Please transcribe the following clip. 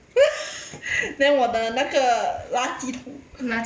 then 我的那个垃圾桶